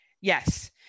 yes